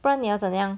不然你要怎样